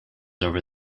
over